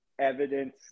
evidence